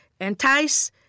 entice